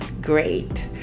great